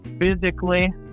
Physically